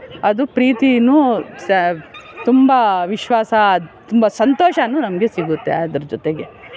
ಅದು ಪ್ರೀತಿಯೂ ತುಂಬ ವಿಶ್ವಾಸ ತುಂಬ ಸಂತೋಷವೂ ನಮಗೆ ಸಿಗುತ್ತೆ ಅದರ ಜೊತೆಗೆ